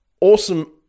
Awesome